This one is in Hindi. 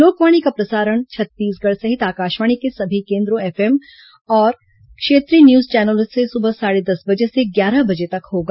लोकवाणी का प्रसारण छत्तीसगढ़ स्थित आकाशवाणी के सभी केन्द्रों एफएम और क्षेत्रीय न्यूज चैनलों से सुबह साढ़े दस बजे से ग्यारह बजे तक होगा